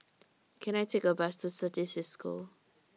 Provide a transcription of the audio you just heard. Can I Take A Bus to Certis CISCO